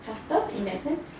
faster in that sense